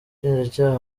umushinjacyaha